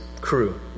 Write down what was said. crew